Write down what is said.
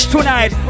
Tonight